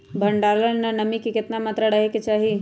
भंडारण ला नामी के केतना मात्रा राहेके चाही?